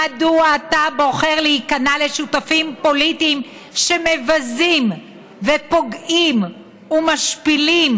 מדוע אתה בוחר להיכנע לשותפים פוליטיים שמבזים ופוגעים ומשפילים